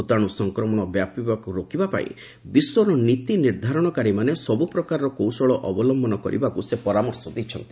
ଭୂତାଣ ସଂକ୍ରମଣ ବ୍ୟାପିବାକୁ ରେକିବାପାଇଁ ବିଶ୍ୱର ନୀତି ନିର୍ଦ୍ଧାଣକାରୀମାନେ ସବୁ ପ୍ରକାରର କୌଶଳ ଅବଲମ୍ୟନ କରିବାକୁ ସେ ପରାମର୍ଶ ଦେଇଛନ୍ତି